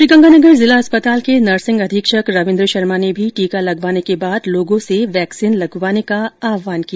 श्रीगंगानगर जिला अस्पताल के नर्सिंग अधीक्षक रविन्द्र शर्मा ने भी टीका लगवाने के बाद लोगों से वैक्सीन लगवाने का आहवान किया